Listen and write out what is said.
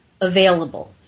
available